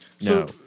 No